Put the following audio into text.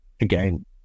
again